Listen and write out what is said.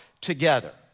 together